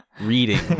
reading